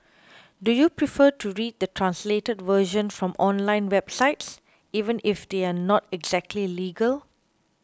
do you prefer to read the translated version from online websites even if they are not exactly legal